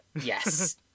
Yes